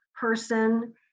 person